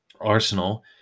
Arsenal